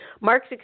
Mark's